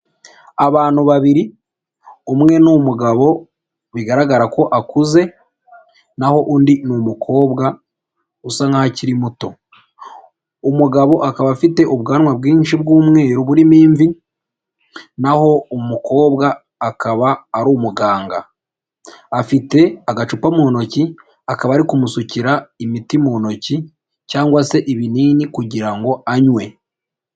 Abantu babiri umwe ni umugabo bigaragara ko akuze naho undi ni umukobwa usa nk'aho akiri muto, umugabo akaba afite ubwanwa bwinshi bw'umweru burimo imvi n'aho umukobwa akaba ari umuganga, afite agacupa mu ntoki akaba ari kumusukira imiti mu ntoki cyangwa se ibinini kugira ngo anywe.